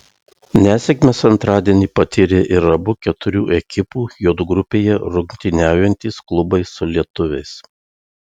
nesėkmes antradienį patyrė ir abu keturių ekipų j grupėje rungtyniaujantys klubai su lietuviais